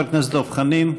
חבר הכנסת דב חנין.